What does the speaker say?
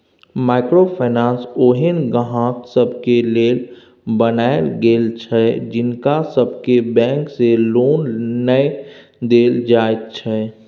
micro finance ओहेन ग्राहक सबके लेल बनायल गेल छै जिनका सबके बैंक से लोन नै देल जाइत छै